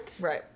Right